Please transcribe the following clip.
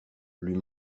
lui